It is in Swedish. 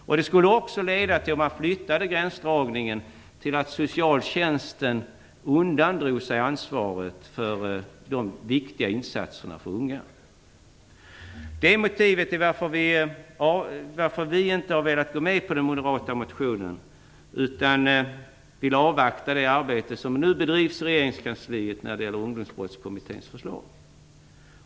Om man flyttade gränsdragningen skulle det också leda till att socialtjänsten undandrog sig ansvaret för de viktiga insatserna för unga människor. Det är motivet till att vi inte har velat gå med på den moderata motionen utan vill avvakta det arbete som nu bedrivs i regeringskansliet med Ungdomsbrottskommitténs förslag.